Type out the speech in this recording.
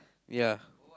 ya